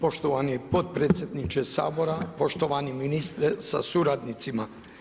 Poštovani potpredsjedniče Sabora, poštovani ministre sa suradnicima.